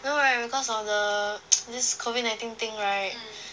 know right because of the this COVID nineteen thing right